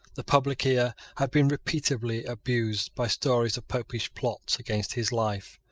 the public ear had been repeatedly abused by stories of popish plots against his life.